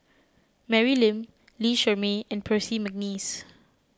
Mary Lim Lee Shermay and Percy McNeice